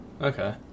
Okay